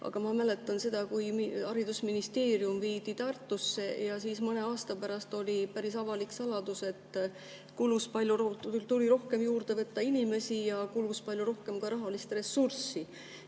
Aga ma mäletan seda, kui haridusministeerium viidi Tartusse. Siis mõne aasta pärast oli päris avalik saladus, et tuli rohkem juurde võtta inimesi ja kulus palju rohkem ka rahalist ressurssi.